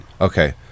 Okay